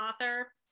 author